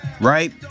right